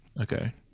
Okay